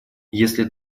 если